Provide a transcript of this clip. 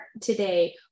today